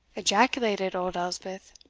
ejaculated old elspeth,